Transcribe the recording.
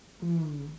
mm